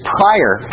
prior